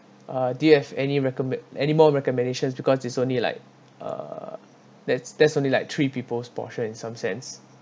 uh do you have any recommend anymore recommendations because it's only like uh that's that's only like three people portion in some sense